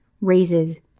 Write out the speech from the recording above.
raises